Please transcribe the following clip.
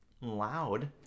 loud